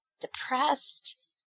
depressed